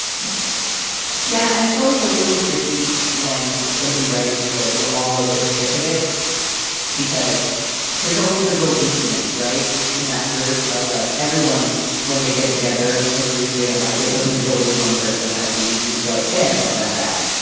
i think yeah. and it's always a little tricky when somebody writes and says we're all a bit sick of it because there's always like a weak link right. in that group of like everyone when they get together agrees they don't like it. but then there's always one person at least who's like a it's not that bad.